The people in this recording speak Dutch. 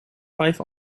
vijf